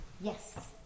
Yes